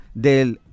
del